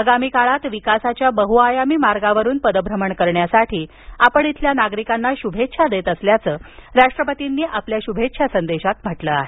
आगामी काळात विकासाच्या बह्आयामी मार्गावरून पदभ्रमण करण्यासाठी आपण इथल्या नागरिकांना श्भेच्छा देत असल्याचं राष्ट्रपर्तींनी आपल्या श्भेच्छा संदेशात म्हटलं आहे